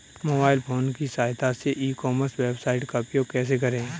Mobile phone की सहायता से ई कॉमर्स वेबसाइट का उपयोग कैसे करें?